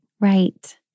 Right